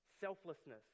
Selflessness